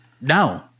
no